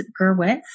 Gerwitz